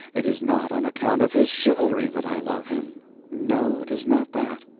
it is not on account of his chivalry that i love him no, it is not that.